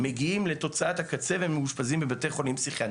מגיעים לתוצאת הקצה ומאושפזים בבתי חולים פסיכיאטרים.